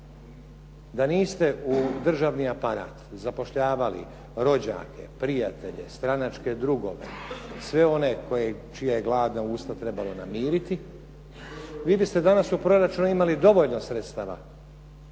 da niste u državni aparat zapošljavali rođake, prijatelje, stranačke drugove i sve one čija je gladna usta trebalo namiriti, vi biste danas u proračunu imali dovoljno sredstava